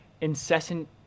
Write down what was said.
incessant